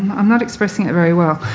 i'm not expressing it very well.